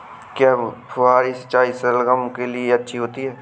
क्या फुहारी सिंचाई शलगम के लिए अच्छी होती है?